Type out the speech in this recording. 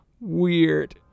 Weird